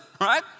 right